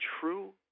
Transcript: true